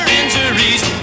injuries